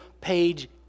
page